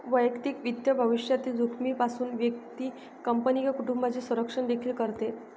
वैयक्तिक वित्त भविष्यातील जोखमीपासून व्यक्ती, कंपनी किंवा कुटुंबाचे संरक्षण देखील करते